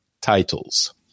titles